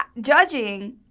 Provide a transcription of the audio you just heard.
judging